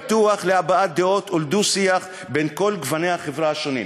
פתוח להבעת דעות ולדו-שיח בין כל גוני החברה השונים.